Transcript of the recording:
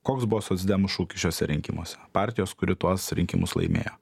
koks buvo socdemų šūkis šiuose rinkimuose partijos kuri tuos rinkimus laimėjo